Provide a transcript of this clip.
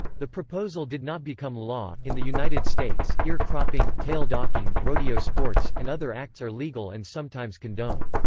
the proposal did not become law in the united states, ear cropping, tail docking, rodeo sports, and other acts are legal and sometimes condoned.